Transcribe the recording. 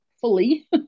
fully